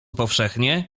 powszechnie